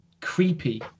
creepy